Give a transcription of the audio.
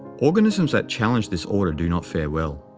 organisms that challenge this order do not fare well.